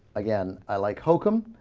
again alike hokum